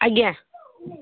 ଆଜ୍ଞା